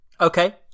Okay